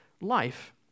life